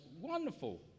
wonderful